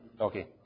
Okay